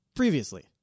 Previously